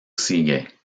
sigue